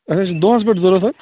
اَسہِ حظ چھِ دۄہَس پٮ۪ٹھ ضروٗرت